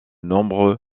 nombreux